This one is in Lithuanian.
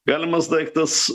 galimas daiktas